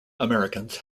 americans